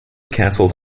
canceled